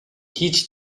hiç